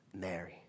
Mary